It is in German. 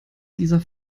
dieser